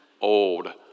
old